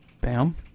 bam